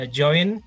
join